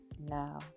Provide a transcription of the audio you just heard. now